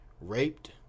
raped